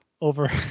over